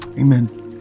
amen